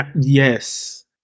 Yes